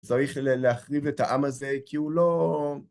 צריך להחריב את העם הזה כי הוא לא...